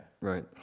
Right